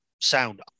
sound